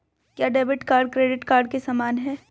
क्या debit card credit card के समान है?